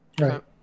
Right